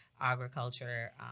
agriculture